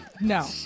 No